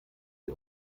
die